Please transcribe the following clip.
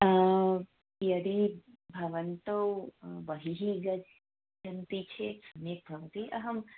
यदि भवन्तौ बहिः गच्छन्ति चेत् सम्यक् भवति अहं